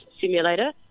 Simulator